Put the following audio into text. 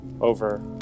over